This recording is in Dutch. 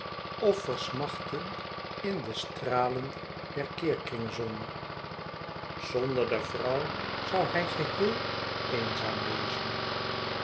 of versmachten in de stralen der keerkringzon zonder de vrouw zou hij geheel eenzaam wezen